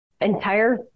entire